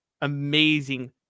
amazing